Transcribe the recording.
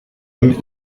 homme